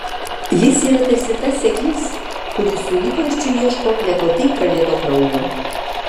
jis yra tarsi tas seklys kuris su įkarščiu ieško nekaltai pralieto kraujo